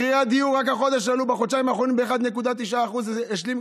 מחירי הדיור עלו בחודשיים האחרונים ב-1.9%, השלימו